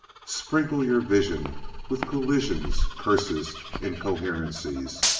sprinkle your vision with collisions, curses, incoherencies.